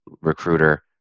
recruiter